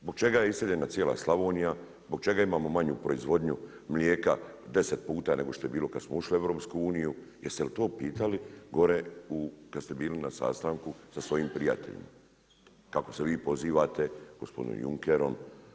Zbog čega je iseljena cijela Slavonija, zbog čega imamo manju proizvodnju mlijeka 10 puta nego što je bilo kada smo ušli u EU, jeste li to pitali gore kada ste bili na sastanku sa svojim prijateljima, kako se vi pozivate gospodinom Junckerom.